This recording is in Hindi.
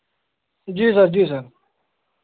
जी सर जी सर